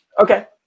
Okay